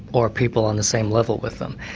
or people on the same level with them.